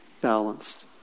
balanced